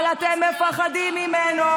אבל אתם מפחדים ממנו,